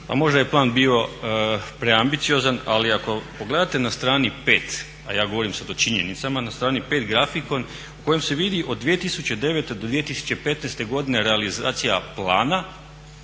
Možda je plan bio preambiciozan ali ako pogledate na strani 5., a ja govorim sad o činjenicama, na strani 5. grafikon u kojem se vidi od 2009. do 2015. godine realizacija plana